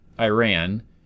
Iran